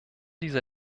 diese